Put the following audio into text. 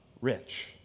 rich